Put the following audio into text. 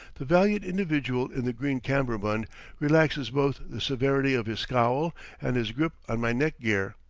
the valiant individual in the green kammerbund relaxes both the severity of his scowl and his grip on my neck gear.